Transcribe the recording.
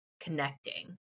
connecting